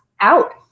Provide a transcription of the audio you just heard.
out